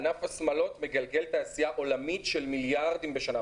ענף השמלות זו תעשייה עולמית שמגלגלת מיליארדים בשנה.